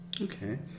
Okay